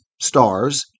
stars